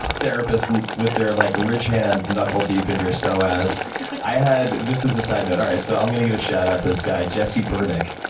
therapist and with their like ridge hand knuckle deep into your so psoas. i had, just as a side note alright, so i'm gonna give a shout-out to this guy, jesse birdick,